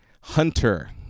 hunter